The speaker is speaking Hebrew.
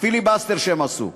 בפיליבסטר שהם עשו,